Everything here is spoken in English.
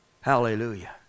Hallelujah